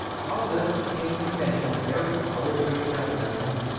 all this has seemed to many the very poetry of pessimism.